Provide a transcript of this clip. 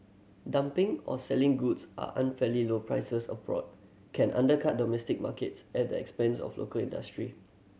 dumping or selling goods are unfairly low prices abroad can undercut domestic markets at the expense of local industry